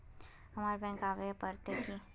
हमरा बैंक आवे पड़ते की?